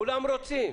כולם רוצים.